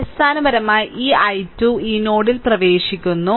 അടിസ്ഥാനപരമായി ഈ I2 ഈ നോഡിൽ പ്രവേശിക്കുന്നു